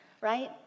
Right